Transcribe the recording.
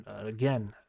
again